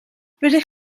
rydych